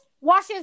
washes